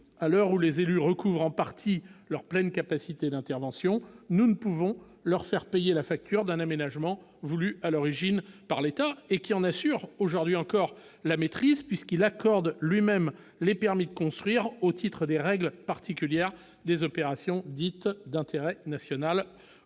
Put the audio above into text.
À l'heure où les élus recouvrent en partie leurs pleines capacités d'intervention, nous ne pouvons leur faire payer la facture d'un aménagement voulu à l'origine par l'État, lequel en assure aujourd'hui encore la maîtrise, puisqu'il accorde lui-même les permis de construire au titre des règles particulières des opérations dites d'intérêt national,